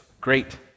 great